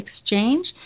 Exchange